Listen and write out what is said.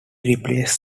replaced